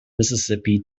mississippi